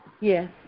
yes